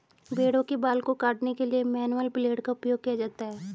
भेड़ों के बाल को काटने के लिए मैनुअल ब्लेड का उपयोग किया जाता है